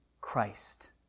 christ